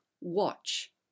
watch